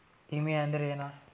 ವಿಮೆ ಅಂದ್ರೆ ಏನ?